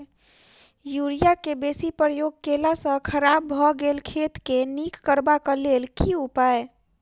Urea केँ बेसी प्रयोग केला सऽ खराब भऽ गेल खेत केँ नीक करबाक लेल की उपाय?